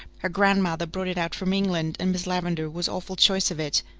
her grandmother brought it out from england and miss lavendar was awful choice of it.